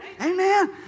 Amen